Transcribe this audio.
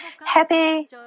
Happy